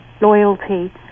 loyalty